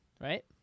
Right